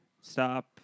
stop